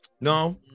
No